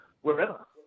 wherever